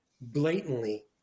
blatantly